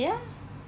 ya